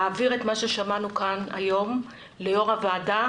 אעביר את מה ששמענו כאן היום ליו"ר הוועדה